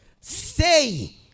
Say